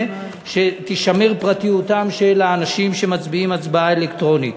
שתישמר פרטיותם של אנשים שמצביעים הצבעה אלקטרונית.